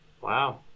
Wow